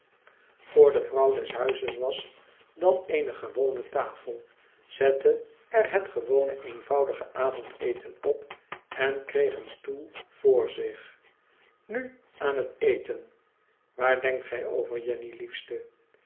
voor de vrouw des huizes was dan eene gewone tafel zette er het gewone een voudige avondeten op en kreeg een stoel voor zich nu aan het eten waar denkt gij over jenny liefste